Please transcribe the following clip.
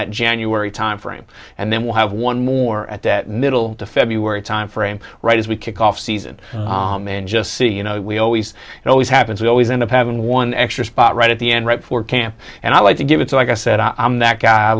that january timeframe and then we'll have one more at that middle to february timeframe right as we kick off season and just see you know we always it always happens we always end up having one extra spot right at the end right for camp and i like to give it's like i said i'm that guy i